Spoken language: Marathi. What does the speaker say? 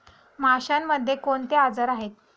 माशांमध्ये कोणते आजार आहेत?